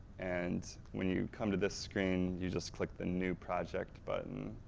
and when you come to this screen, you just click the new project button.